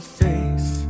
face